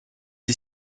est